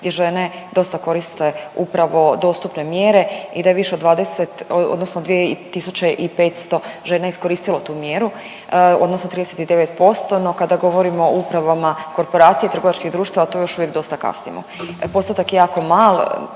gdje žene dosta koriste upravo dostupne mjere i da je više od 20 odnosno 2.500 žena iskoristilo tu mjeru odnosno 39% no kada govorimo o upravama korporacija i trgovačkih društava tu još uvijek dosta kasnimo. Postotak je jako mal,